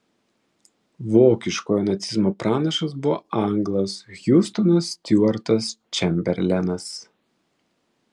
vokiškojo nacizmo pranašas buvo anglas hiustonas stiuartas čemberlenas